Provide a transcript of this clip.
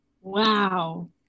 Wow